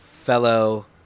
fellow